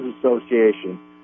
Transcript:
Association